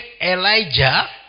Elijah